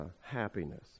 happiness